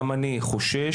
גם אני חושש,